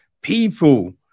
people